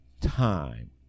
time